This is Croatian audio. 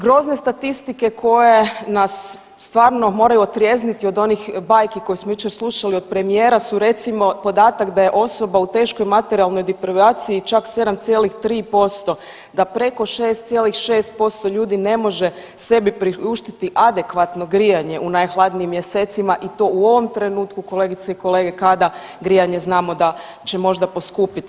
Grozne statistike koje nas stvarno moraju otrijezniti od onih bajki koje smo jučer slušali od premijera su recimo podatak da je osoba u teškoj materijalnoj deprivaciji čak 7,3 posto, da preko 6,6 posto ljudi ne može sebi priuštiti adekvatno grijanje u najhladnijim mjesecima i to u ovom trenutku kolegice i kolege kada grijanje će možda poskupiti.